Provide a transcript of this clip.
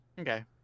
Okay